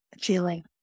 feeling